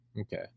okay